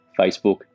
Facebook